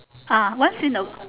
ah once in a